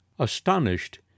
Astonished